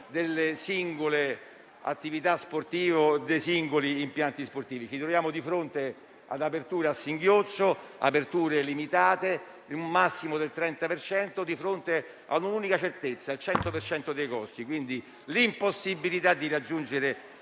delle singole attività sportive e dei singoli impianti sportivi. Ci troviamo di fronte ad aperture a singhiozzo, limitate a un massimo del 30 per cento, di fronte a un'unica certezza: il 100 per cento dei costi e l'impossibilità di raggiungere